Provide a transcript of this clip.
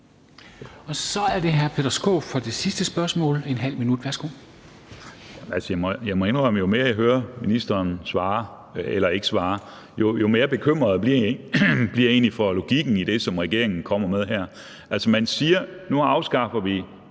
Så er det hr. Peter Skaarup for det sidste spørgsmål. ½ minut, værsgo. Kl. 13:40 Peter Skaarup (DF): Jeg må indrømme, at jo mere jeg hører ministeren svare – eller ikke svare – jo mere bekymret bliver jeg egentlig for logikken i det, som regeringen kommer med her. Altså, regeringen siger, at nu afskaffer vi